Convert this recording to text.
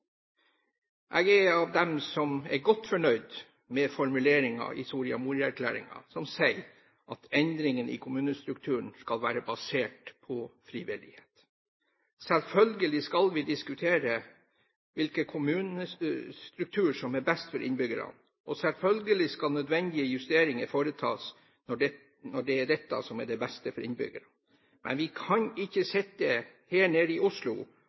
Jeg er av dem som er godt fornøyd med formuleringen i Soria Moria-erklæringen som sier at endringer i kommunestrukturen skal være basert på frivillighet. Selvfølgelig skal vi diskutere hvilken kommunestruktur som er best for innbyggerne, og selvfølgelig skal nødvendige justeringer foretas når det er det beste for innbyggerne, men vi kan ikke sitte her i Oslo